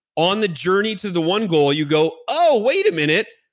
on the journey to the one goal you go, oh, wait a minute.